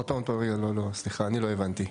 עוד פעם, רגע, אני לא הבנתי.